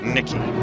Nikki